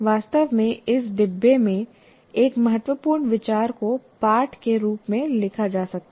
वास्तव में इस डिब्बा में एक महत्वपूर्ण विचार को पाठ के रूप में लिखा जा सकता है